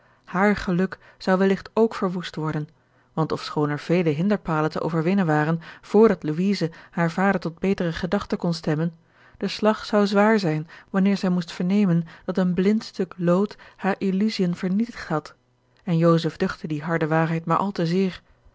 haar geluk zou welligt ook verwoest worden want ofschoon er vele hinderpalen te overwinnen waren vrdat louise haren vader tot betere gedachten kon stemmen de slag zou zwaar zijn wanneer zij moest vernemen dat een blind stuk lood hare illusiën vernietigd had en joseph duchtte die harde waarheid maar al te zeer